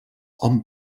hom